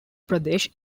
pradesh